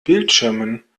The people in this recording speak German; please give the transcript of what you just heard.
bildschirmen